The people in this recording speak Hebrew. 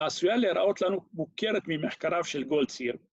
‫עשויה להראות לנו מוכרת ‫ממחקריו של גולדסיר.